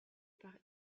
par